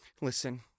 listen